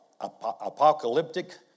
apocalyptic